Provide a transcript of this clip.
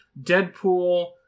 Deadpool